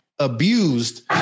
abused